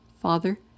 Father